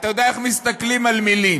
אתה יודע איך מסתכלים על מילים,